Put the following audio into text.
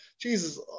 Jesus